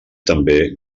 també